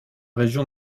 région